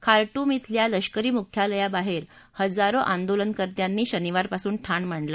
Khartoum खेल्या लष्करी मुख्यालयाबाहेर हजारो आंदोलनकर्त्यांनी शनिवारपासून ठाण मांडलं आहे